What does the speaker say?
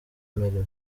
amerewe